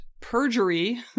perjury